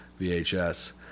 VHS